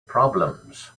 problems